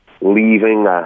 leaving